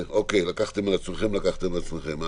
לקחתם על עצמכם לקחתם על עצמכם.